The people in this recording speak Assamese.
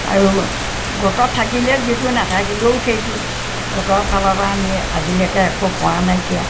আৰু গোটত থাকিলে যিটো নাথাকিলেও সেইটো গোটৰ ফালৰপৰা আমি আজিলৈকে একো পোৱা নাইকিয়া